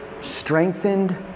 strengthened